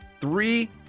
three